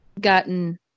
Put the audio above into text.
gotten